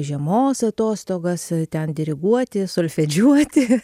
žiemos atostogas ten diriguoti solfedžiuoti